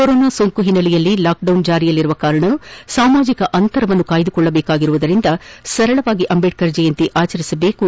corona ಸೋಂಕಿನ ಹಿನ್ನೆಲೆಯಲ್ಲಿ lockdown ಜಾರಿಯಲ್ಲಿರುವ ಕಾರಣ ಸಾಮಾಜಿಕ ಅಂತರವನ್ನು ಕಾಯ್ಲಕೊಳ್ಳಬೇಕಾಗಿರುವುದರಿಂದ ಸರಳವಾಗಿ ಅಂಬೇಡ್ನರ್ ಜಯಂತಿ ಆಚರಿಸಬೇಕು